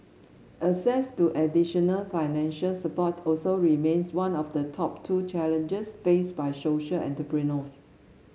access to additional financial support also remains one of the top two challenges face by social entrepreneurs